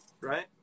right